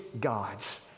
god's